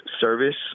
service